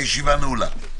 הישיבה נעולה.